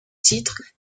titre